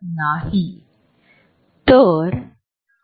आत्ता कसे